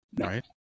right